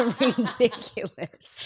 ridiculous